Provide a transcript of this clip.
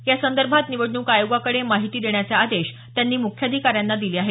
यासंदर्भात निवडणूक आयोगाकडे माहिती देण्याचे आदेश त्यांनी मुख्याधिकाऱ्यांना दिले आहेत